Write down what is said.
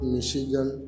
Michigan